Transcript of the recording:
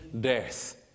death